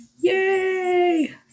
Yay